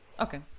Okay